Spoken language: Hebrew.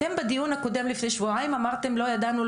אתם בדיון הקודם לפני שבועיים אמרתם לא ידענו,